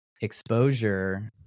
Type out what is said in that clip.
exposure